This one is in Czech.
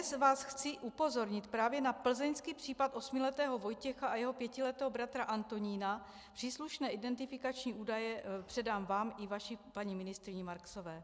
Dnes vás chci upozornit právě na plzeňských případ osmiletého Vojtěcha a jeho pětiletého bratra Antonína, příslušné identifikační údaje předám vám i vaší paní ministryni Marksové.